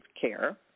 care